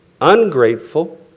ungrateful